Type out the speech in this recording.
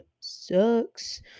sucks